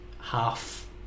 half